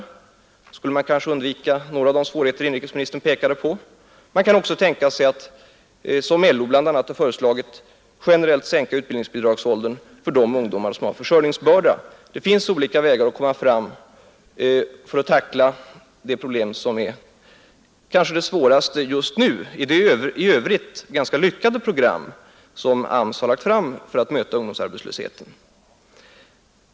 Då skulle man undvika några av de svårigheter som inrikesministern här pekade på. Man kan också tänka sig — som bl.a. LO har föreslagit — att generellt sänka utbildningsbidragsåldern för de ungdomar som har försörjningsbörda. Det finns olika framkomliga vägar när det gäller att tackla det problem som är det kanske svåraste just nu i det i övrigt ganska lyckade program som AMS har lagt fram för att möta ungdomsarbetslösheten.